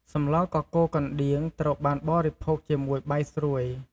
សម្លកកូរកណ្ដៀងត្រូវបានបរិភោគជាមួយបាយស្រួយ។